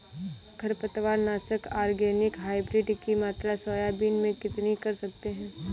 खरपतवार नाशक organic hybrid की मात्रा सोयाबीन में कितनी कर सकते हैं?